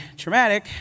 traumatic